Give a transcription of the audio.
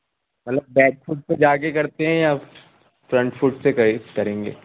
مطلب back foot پہ جا کے کرتے ہیں یا فرنٹ فوڈ سے کریں گے